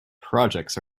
projects